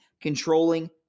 controlling